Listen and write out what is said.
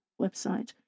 website